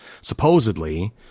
supposedly